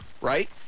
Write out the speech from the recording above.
right